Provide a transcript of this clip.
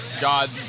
God